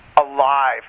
alive